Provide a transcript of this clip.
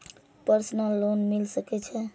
Personal loan मिल सके छे?